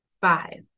Five